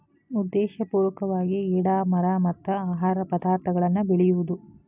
ಉದ್ದೇಶಪೂರ್ವಕವಾಗಿ ಗಿಡಾ ಮರಾ ಮತ್ತ ಆಹಾರ ಪದಾರ್ಥಗಳನ್ನ ಬೆಳಿಯುದು